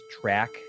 track